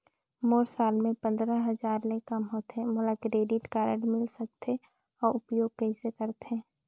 मोर साल मे पंद्रह हजार ले काम होथे मोला क्रेडिट कारड मिल सकथे? अउ उपयोग कइसे करथे?